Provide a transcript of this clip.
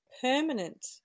permanent